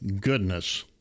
goodness